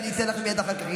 ואני אתן לך מייד אחר כך,